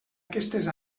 aquestes